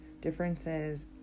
Differences